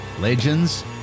Legends